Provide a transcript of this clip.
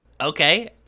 okay